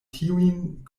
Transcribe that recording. tiujn